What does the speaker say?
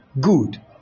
Good